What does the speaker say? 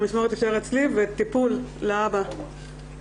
שהמשמורת תישאר אצלי ומחייבים את האבא בטיפול.